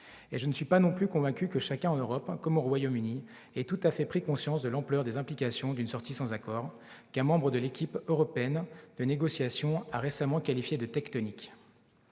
Je ne suis pas non plus convaincu que chacun, en Europe comme au Royaume-Uni, ait tout à fait pris conscience de l'ampleur des implications d'une sortie sans accord, qu'un membre de l'équipe européenne de négociation a récemment qualifiées de « tectoniques